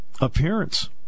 appearance